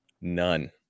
None